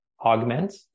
augment